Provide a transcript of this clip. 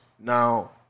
Now